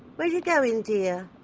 where are you going dear?